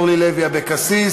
אורלי לוי אבקסיס,